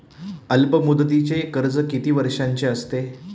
अल्पमुदतीचे कर्ज किती वर्षांचे असते?